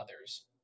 others